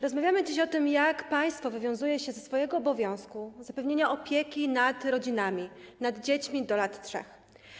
Rozmawiamy dziś o tym, jak państwo wywiązuje się ze swojego obowiązku zapewnienia opieki nad rodzinami, nad dziećmi do lat 3.